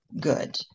good